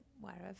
wherever